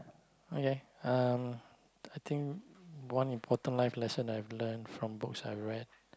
okay uh I think one important life lesson I've learnt from books I've read